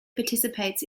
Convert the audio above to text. participates